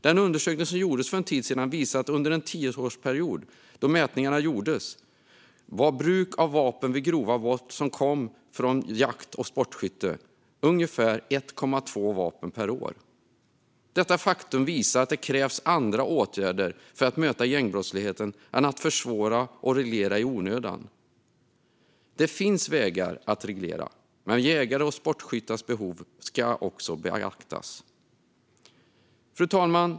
Den undersökning som gjordes för en tid sedan visade att under den tioårsperiod då mätningarna gjordes av bruk av vapen vid grova brott kom 1,2 vapen per år från jakt och sportskytte. Detta faktum visar att det krävs andra åtgärder för att möta gängbrottsligheten än att försvåra och reglera i onödan. Det finns vägar att reglera, men jägares och sportskyttars behov ska beaktas. Fru talman!